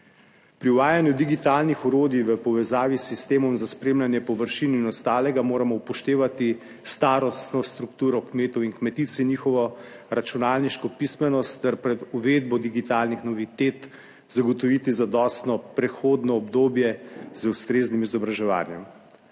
Pri uvajanju digitalnih orodij v povezavi s sistemom za spremljanje površin in ostalega moramo upoštevati starostno strukturo kmetov in kmetic in njihovo računalniško pismenost ter pred uvedbo digitalnih novitet zagotoviti zadostno prehodno obdobje z ustreznim izobraževanjem.